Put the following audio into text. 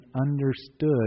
understood